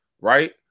Right